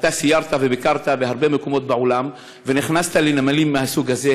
אתה סיירת וביקרת בהרבה מקומות בעולם ונכנסת לנמלים מהסוג הזה.